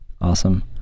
Awesome